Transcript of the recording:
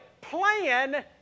plan